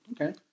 Okay